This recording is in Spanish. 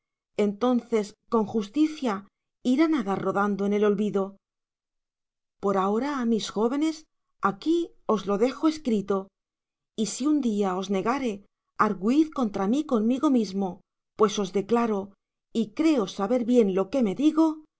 entonces con justicia irán á dar rodando en el olvido por ahora mis jóvenes aquí os lo dejo escrito y si un día os negare argüid contra mi conmigo mismo pues os declaro y creo saber bien lo que me digo